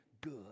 good